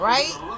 Right